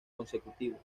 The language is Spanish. consecutivos